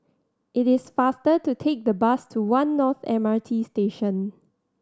it is faster to take the bus to One North M R T Station